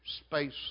space